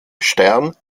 stern